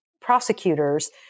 prosecutors